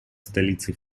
столицей